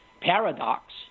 paradox